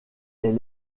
est